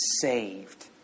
saved